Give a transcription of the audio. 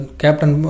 captain